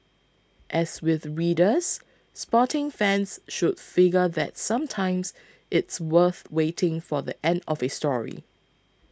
as with readers sporting fans should figure that sometimes it's worth waiting for the end of a story